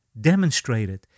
demonstrated